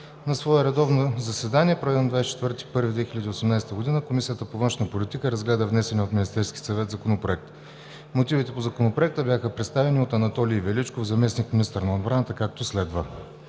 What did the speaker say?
На редовно заседание, проведено на 24 януари 2018 г., Комисията по външна политика разгледа внесения от Министерския съвет Законопроект. Мотивите по Законопроекта бяха представени от Анатолий Величков – заместник-министър на отбраната, както следва: